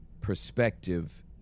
perspective